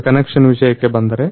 ಈಗ ಕನೆಕ್ಷನ್ ವಿಷಯಕ್ಕೆ ಬಂದರೆ